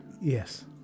yes